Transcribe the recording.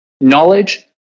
knowledge